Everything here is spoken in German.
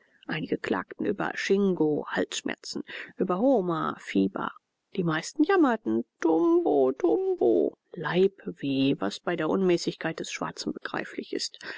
einige klagten über schingo halsschmerzen über homa fieber die meisten jammerten tumbo tumbo leibweh was bei der unmäßigkeit des schwarzen begreiflich ist